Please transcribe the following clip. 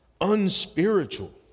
unspiritual